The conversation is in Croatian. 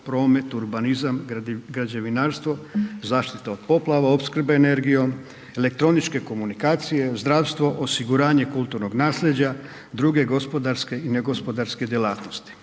promet, urbanizam, građevinarstvo, zaštita od poplava, opskrbe energijom, elektroničke komunikacije, zdravstvo, osiguranje kulturnog naslijeđa, druge gospodarske i negospodarske djelatnosti